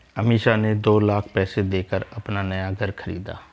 अमीषा ने दो लाख पैसे देकर अपना नया घर खरीदा